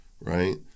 right